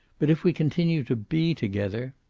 but, if we continue to be together